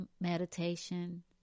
meditation